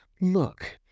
Look